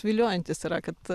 viliojantis yra kad